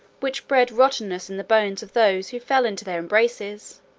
which bred rottenness in the bones of those who fell into their embraces